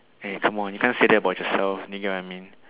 eh come on you can't say that about yourself do you get what I mean